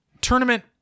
tournament